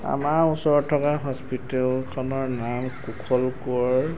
আমাৰ ওচৰত থকা হস্পিটেলখনৰ নাম কুশল কোঁৱৰ